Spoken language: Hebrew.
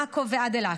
מעכו ועד אילת.